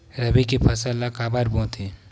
रबी के फसल ला काबर बोथे?